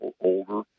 older